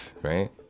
right